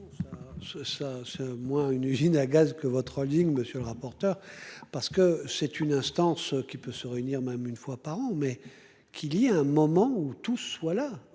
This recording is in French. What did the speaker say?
c'est. Moi, une usine à gaz que votre ligne. Monsieur le rapporteur. Parce que c'est une instance qui peut se réunir, même une fois par an mais qu'il y a un moment où tout soit là.